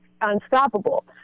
unstoppable